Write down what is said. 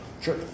Sure